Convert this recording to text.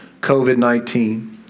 COVID-19